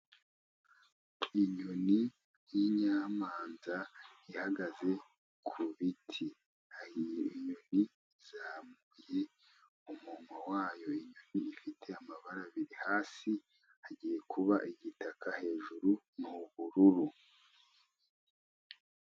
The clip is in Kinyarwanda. Inyoni yinyamanza ihagaze ku biti ni inyoni izamuye umunuwa wayo, inyoni ifite amabara abiri hasi igiye kuba igitaka hejuru n'ubururu.